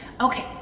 Okay